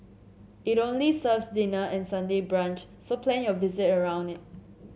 it only serves dinner and Sunday brunch so plan your visit around it